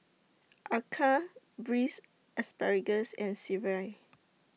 Acar Braised Asparagus and Sireh